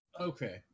Okay